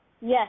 yes